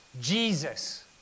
Jesus